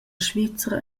svizra